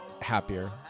happier